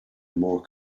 more